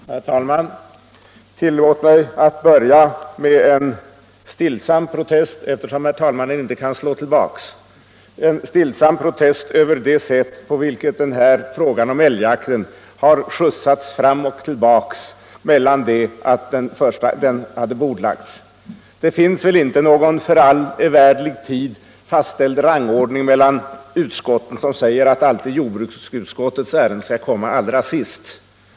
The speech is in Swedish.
Herr talman! Tillåt mig att börja med en protest — stillsam, eftersom herr talmannen inte kan slå tillbaka — över det sätt på vilket frågan om älgjakten har skjutsats fram och tillbaka sedan den bordlades första gången. Det finns väl inte någon för evärdlig tid fastställd rangordning bland utskotten som säger att jordbruksutskottets ärenden alltid skall komma allra sist på föredragningslistan.